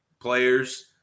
players